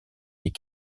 les